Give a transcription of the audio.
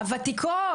הוותיקות,